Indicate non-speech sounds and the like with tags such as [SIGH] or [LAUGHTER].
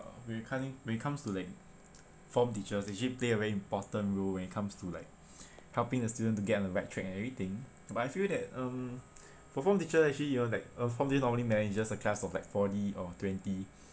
uh where you [UNINTELLIGIBLE] when it comes to like form teachers they actually play a very important role when it comes to like [BREATH] helping the student to get on the right track and everything but I feel that um for form teacher actually you know like a form teacher normally manages a class of like forty or twenty